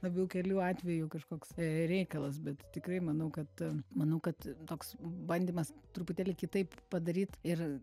labiau kelių atvejų kažkoks reikalas bet tikrai manau kad manau kad toks bandymas truputėlį kitaip padaryt ir